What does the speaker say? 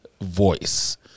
Voice